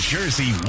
Jersey